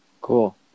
Cool